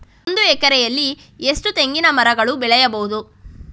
ಒಂದು ಎಕರೆಯಲ್ಲಿ ಎಷ್ಟು ತೆಂಗಿನಮರಗಳು ಬೆಳೆಯಬಹುದು?